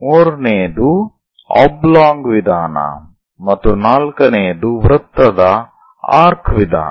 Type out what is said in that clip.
ಮೂರನೆಯದು ಆಬ್ಲಾಂಗ್ ವಿಧಾನ ಮತ್ತು ನಾಲ್ಕನೆಯದು ವೃತ್ತದ ಆರ್ಕ್ ವಿಧಾನ